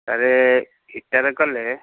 sir ଇଟାରେ କଲେ